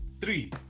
Three